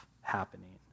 happening